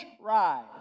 rise